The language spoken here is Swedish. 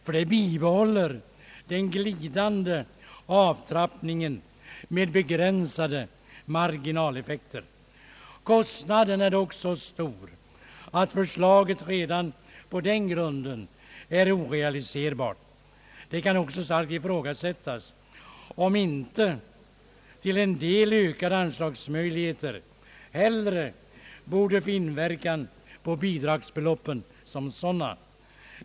Där bibehålls ju den glidande avtrappningen med begränsade marginaleffekter. Kostnaden är dock så stor att förslaget re dan av det skälet är orealiserbart. Det kan också starkt ifrågasättas om inte ökade anslagsmöjligheter till en del hellre borde få inverka på bidragsbeloppen som sådana.